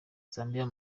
zambia